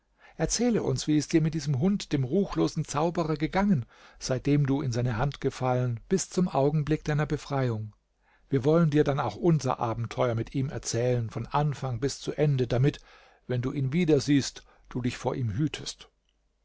erzähle uns wie es dir mit diesem hund dem ruchlosen zauberer gegangen seitdem du in seine hand gefallen bis zum augenblick deiner befreiung wir wollen dir dann auch unser abenteuer mit ihm erzählen von anfang bis zu ende damit wenn du ihn wiedersiehst du dich vor ihm hütest